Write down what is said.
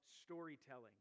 Storytelling